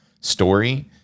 story